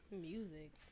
Music